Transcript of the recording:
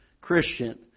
Christian